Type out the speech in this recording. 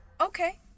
Okay